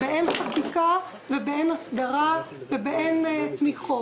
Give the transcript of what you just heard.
באין חקיקה ובאין הסדרה ובאין תמיכות.